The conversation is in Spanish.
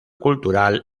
cultural